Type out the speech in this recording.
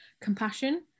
compassion